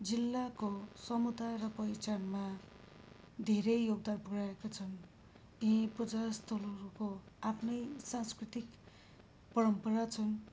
जिल्लाको समुदाय र पहिचानमा धेरै योगदान पुऱ्याएका छन् यी पूजा स्थलहरूको आफ्नै साँस्कृतिक परम्परा छन्